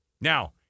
Now